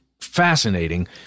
fascinating